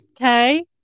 okay